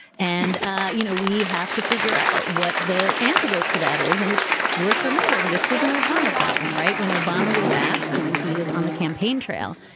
and you know, we have to figure out what the antidote to that is. and it's worth remembering this was an obama problem, right? when obama was asked when he was on the campaign trail,